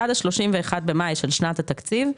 עד ה־31 במאי של שנת התקציב,